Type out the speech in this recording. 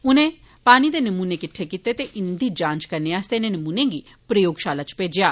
उनें पानी दे नमूने किट्ठे कीते ते इन्दी जांच करने आस्तै इनें नमूनें गी प्रयोगशाला इच भेजेआ